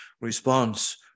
response